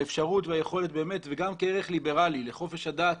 האפשרות והיכולת גם כערך ליברלי לחופש הדת